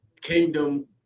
kingdom